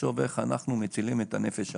לחשוב איך אנחנו מצילים את הנפש הבאה,